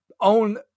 Own